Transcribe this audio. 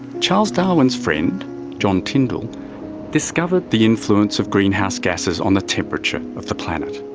charles darwin's friend john tyndall discovered the influence of greenhouse gases on the temperature of the planet.